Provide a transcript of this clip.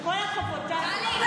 כל הכבוד, טלי.